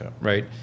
right